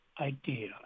idea